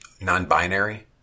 non-binary